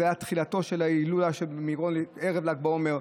זו הייתה תחילתה של ההילולה במירון ערב ל"ג בעומר,